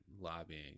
lobbying